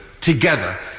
together